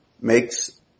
makes